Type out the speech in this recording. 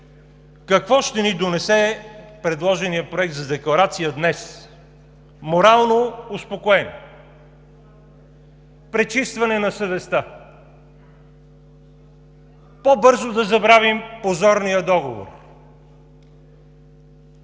какво ще ни донесе предложеният Проект за декларация днес? Морално успокоение, пречистване на съвестта, по-бързо да забравим позорния договор,